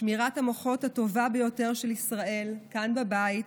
שמירת המוחות הטובה ביותר של ישראל כאן בבית,